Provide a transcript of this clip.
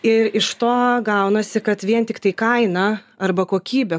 ir iš to gaunasi kad vien tiktai kaina arba kokybė